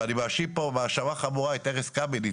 ואני מאשים פה האשמה חמורה את ארז קמיניץ,